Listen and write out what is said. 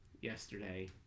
yesterday